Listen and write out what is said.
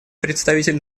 представитель